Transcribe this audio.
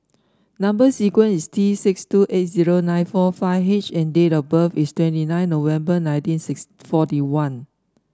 number sequence is T six two eight zero nine four five H and date of birth is twenty nine November nineteen six forty one